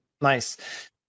Nice